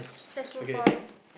let's move on